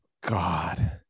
God